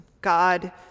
God